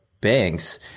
banks